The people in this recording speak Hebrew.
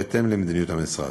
בהתאם למדיניות המשרד.